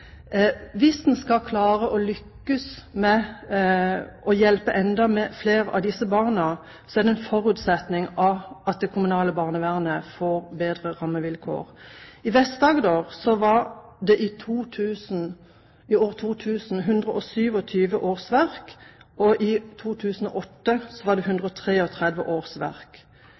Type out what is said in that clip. Hvis en skal klare å lykkes med å hjelpe flere av disse barna, er det en forutsetning at det kommunale barnevernet får bedre rammevilkår. I Vest-Agder var det i 2000 127 årsverk, og i 2008 var det 133 årsverk. I samme periode fikk 758 flere barn hjelp, og det sier noe om at utviklingen i antall årsverk